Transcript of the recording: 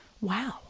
wow